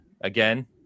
Again